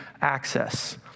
access